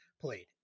played